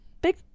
Big